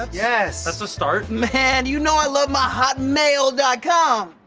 um yes. that's a start. man, you know i love my hotmail com!